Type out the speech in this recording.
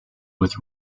with